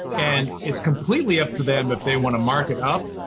and it's completely up to them but if they want to mark it up.